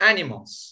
Animals